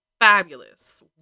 fabulous